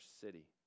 city